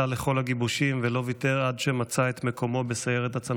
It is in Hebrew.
יש חוב שלקחתי על עצמי ואני מבקש לקיים אותו בישיבת המליאה